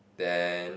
then